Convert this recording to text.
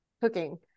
cooking